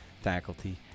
faculty